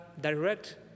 direct